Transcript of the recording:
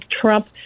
trump